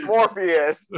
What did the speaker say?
Morpheus